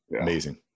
Amazing